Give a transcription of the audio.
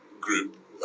group